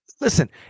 Listen